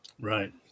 Right